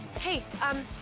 hey, um,